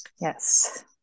Yes